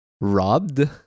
Robbed